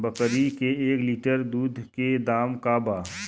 बकरी के एक लीटर दूध के का दाम बा?